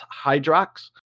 Hydrox